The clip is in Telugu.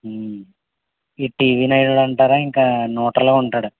ఈ టీవీనైనొడంటారా ఇంకా న్యూట్రల్గా ఉంటాడు